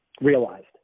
realized